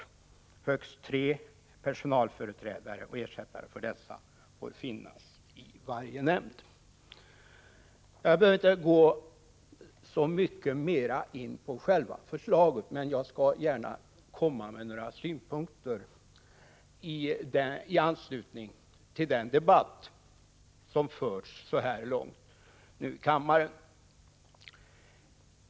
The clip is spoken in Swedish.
Högst tre personalföreträdare och ersättare för dessa får finnas i varje nämnd. Jag behöver inte gå in så mycket mera på själva förslagen, men jag vill gärna komma med några synpunkter i anslutning till den debatt som förts i kammaren så här långt.